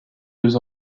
deux